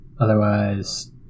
Otherwise